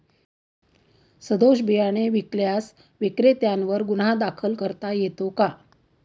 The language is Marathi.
सदोष बियाणे विकल्यास विक्रेत्यांवर गुन्हा दाखल करता येतो का?